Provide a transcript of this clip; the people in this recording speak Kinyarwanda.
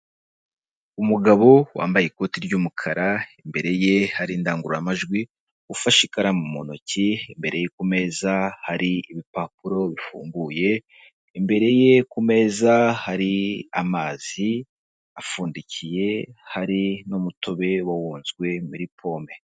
Umugabo wambaye ikoti ry'umukara, imbere ye hari indangururamajwi, ufashe ikaramu mu ntoki, imbere ye ku meza hari ibipapuro bifunguye, imbere ye ku meza hari amazi apfundikiye, hari n'umutobe uba wenzwe muri pome.